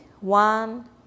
one